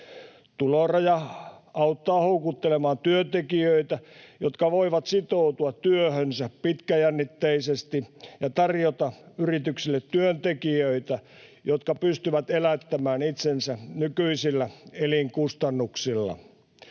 Tuloraja auttaa houkuttelemaan työntekijöitä, jotka voivat sitoutua työhönsä pitkäjännitteisesti ja tarjota yrityksille työntekijöitä, jotka pystyvät elättämään itsensä nykyisillä elinkustannuksilla.